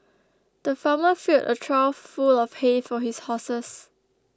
the farmer filled a trough full of hay for his horses